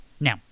Now